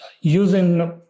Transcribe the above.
using